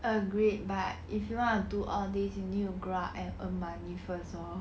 agreed but if you want to do all these new grow up and earn money first lor